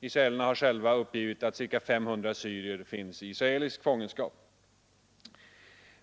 Israelerna har själva uppgivit att ca 500 syrier finns i israelisk fångenskap.